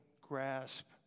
grasp